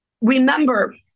Remember